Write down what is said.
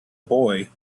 boy